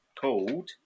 called